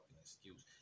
excuse